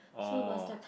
oh